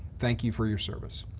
thank you for your service.